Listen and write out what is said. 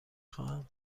خواهم